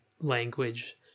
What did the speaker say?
language